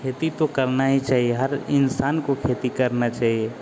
खेती तो करना ही चाहिए हर इंसान को खेती करना चाहिए